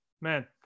man